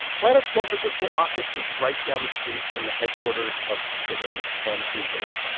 planet's san francisco office is right down the street from the headquarters of twitter and uber.